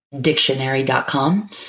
dictionary.com